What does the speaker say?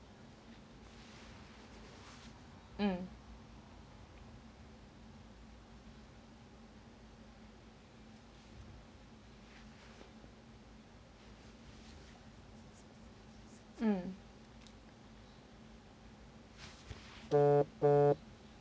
um um